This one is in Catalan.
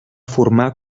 formar